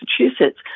Massachusetts